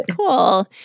Cool